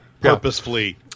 Purposefully